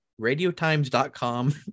radiotimes.com